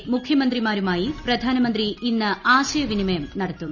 കേരളം മുഖ്യമന്ത്രിമാരുമായി പ്രധാനമന്ത്രി ഇന്ന് ആശയവിനിമയം നടത്തും